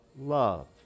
love